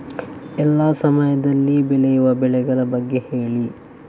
ಎಲ್ಲಾ ಸಮಯದಲ್ಲಿ ಬೆಳೆಯುವ ಬೆಳೆಗಳ ಬಗ್ಗೆ ಹೇಳಿ